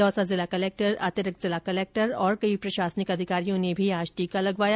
दौसा जिला कलेक्टर अतिरिक्त जिला कलेक्टर और कई प्रशासनिक अधिकारियों ने भी आज टीका लगवाया